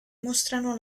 mostrano